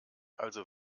also